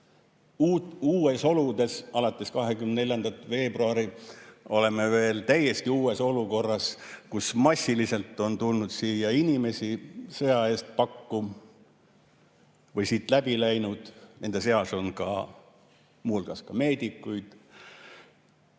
ühiskond. Alates 24. veebruarist oleme täiesti uues olukorras, kus massiliselt on tulnud siia inimesi sõja eest pakku või siit läbi läinud, nende seas on muu hulgas ka meedikuid. Ja